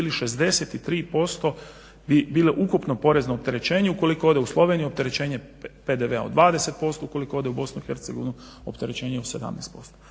bili 63% bi bile ukupno porezno opterećenje ukoliko ode u Sloveniju opterećenje PDV-a od 20%, ukoliko ode u Bosnu i Hercegovinu